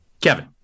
Kevin